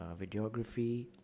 videography